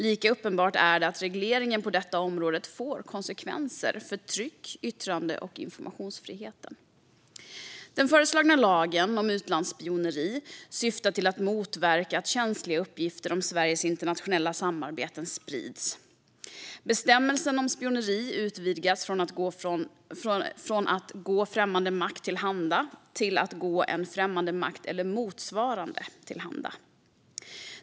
Lika uppenbart är att regleringen på detta område får konsekvenser för tryck, yttrande och informationsfriheten. Den föreslagna lagen om utlandsspioneri syftar till att motverka att känsliga uppgifter om Sveriges internationella samarbeten sprids. Bestämmelsen om spioneri utvidgas från att gälla den som går främmande makt till handa till att gälla den som går en främmande makt eller motsvarande till handa.